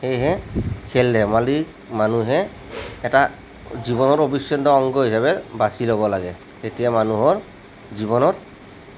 সেয়েহে খেল ধেমালিক মানুহে এটা জীৱনৰ অবিচ্ছেদ্য অংগ হিচাপে বাছি ল'ব লাগে তেতিয়া মানুহৰ জীৱনত